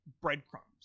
breadcrumbs